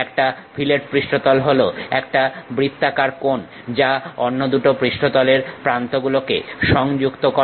একটা ফিলেট পৃষ্ঠতল হলো একটা বৃত্তাকার কোণ যা অন্য দুটো পৃষ্ঠতলের প্রান্ত গুলোকে সংযুক্ত করে